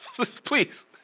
please